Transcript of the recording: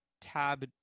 tab